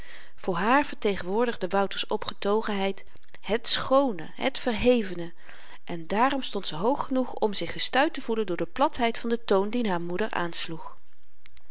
voor haar vertegenwoordigde wouters opgetogenheid het schoone het verhevene en daarom stond ze hoog genoeg om zich gestuit te voelen door de platheid van den toon dien haar moeder aansloeg